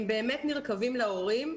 הם באמת נרקבים להורים.